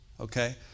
Okay